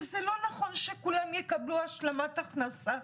זה לא נכון שכולם יקבלו השלמת הכנסה,